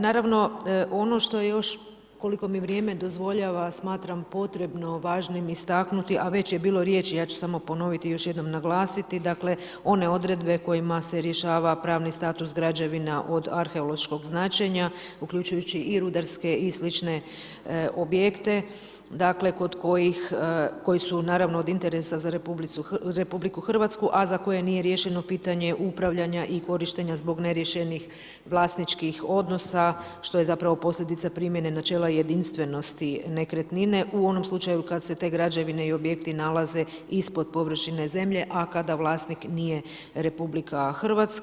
Naravno ono što je još, koliko mi vrijeme dozvoljava smatram potrebno važnim istaknuti, a već je bilo riječi, ja ću samo ponoviti i još jednom naglasiti, one odredbe kojima se rješava pravni status građevina od arheološkog značenja, uključujući i rudarske i slične objekte kod kojih su od interesa za RH, a za koje nije riješeno pitanje upravljanje i korištenja zbog neriješenih vlasničkih odnosa, što je zapravo posljedica primjene načela jedinstvenosti nekretnine, u onom slučaju kad se te građevine i objekti nalaze ispod površine zemlje, a kada vlasnik nije RH.